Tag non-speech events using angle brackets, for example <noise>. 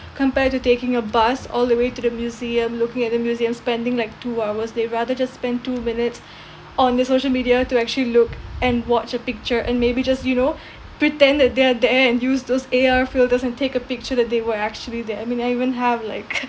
compare to taking a bus all the way to the museum looking at the museum spending like two hours they rather just spend two minutes <breath> on the social media to actually look and watch a picture and maybe just you know <breath> pretend that they are there and use those A_R film and take a picture that they were actually there I mean I even have like <laughs>